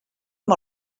amb